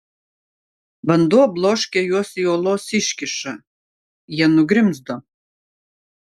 vanduo bloškė juos į uolos iškyšą jie nugrimzdo